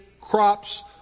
crops